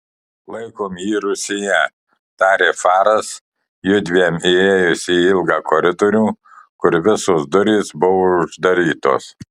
laikom jį rūsyje tarė faras jiedviem įėjus į ilgą koridorių kur visos durys buvo uždarytos